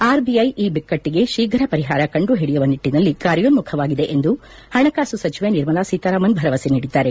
RBI ಈ ಬಿಕ್ಟ್ಗೆ ಶೀಫು ಪರಿಹಾರ ಕಂಡು ಹಿಡಿಯುವ ನಿಟ್ಟನಲ್ಲಿ ಕಾರ್ಯೋನ್ನುಖವಾಗಿದೆ ಎಂದು ಪಣಕಾಸು ಸಚಿವೆ ನಿರ್ಮಲಾ ಸೀತಾರಾಮನ್ ಭರವಸೆ ನೀಡಿದ್ದಾರೆ